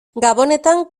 gabonetan